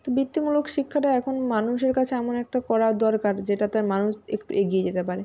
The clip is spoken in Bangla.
তো বিত্তিমূলক শিক্ষাটা এখন মানুষের কাছে এমন একটা করা দরকার যেটাতে মানুষ একটু এগিয়ে যেতে পারে